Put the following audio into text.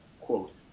quote